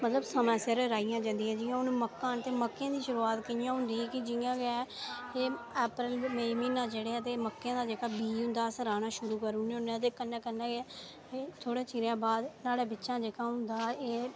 मतलब समें सिर राहियां जंदियां ते जि'यां हून मक्कां न ते मक्कें दी शुरूआत इंया होंदी की जि'यां गै एह् अप्रेल मई म्हीना चढ़ेआ ते मक्कें दा जेह्का बीह् होंदा अस राह्ना शुरू करी ओड़ने होने ते कन्नै कन्नै गै थोह्ड़ै चिरें दे बाद न्हाड़ा जेह्ड़ा एह्